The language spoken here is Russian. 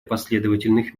последовательных